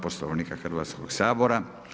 Poslovnika Hrvatskog sabora.